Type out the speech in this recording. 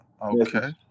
Okay